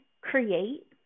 create